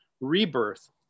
rebirth